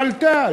עלתה.